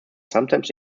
sometimes